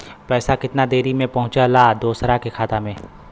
पैसा कितना देरी मे पहुंचयला दोसरा के खाता मे?